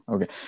Okay